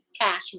cash